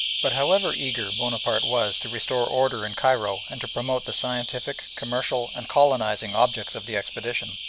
but however eager bonaparte was to restore order in cairo and to promote the scientific, commercial, and colonising objects of the expedition,